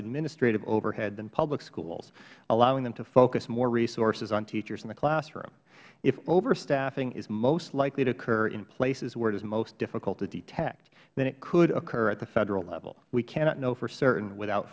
administrative overhead than public schools allowing them to focus more resources on teachers in the classroom if overstaffing is most likely to occur in places where it is most difficult to detect then it could occur at the federal level we cannot know for certain without